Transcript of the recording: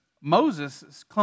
moses